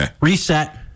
reset